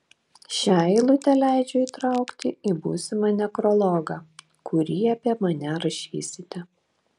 šią eilutę leidžiu įtraukti į būsimą nekrologą kurį apie mane rašysite